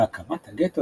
והקמת הגטו